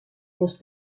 los